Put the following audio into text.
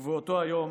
ובאותו היום,